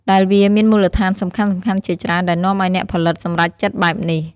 ដែលវាមានមូលហេតុសំខាន់ៗជាច្រើនដែលនាំឱ្យអ្នកផលិតសម្រេចចិត្តបែបនេះ។